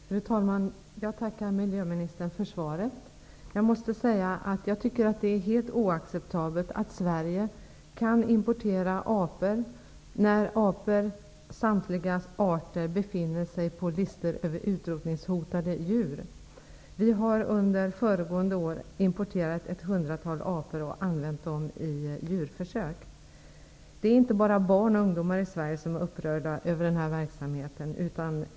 Fru talman! Jag tackar miljöministern för svaret. Jag måste säga att jag tycker att det är helt oacceptabelt att Sverige kan importera apor när apor, samtliga arter, befinner sig på listor över utrotningshotade djur. Vi har under föregående år importerat ett hundratal apor och använt dem i djurförsök. Det är inte bara barn och ungdomar i Sverige som är upprörda över den här verksamheten.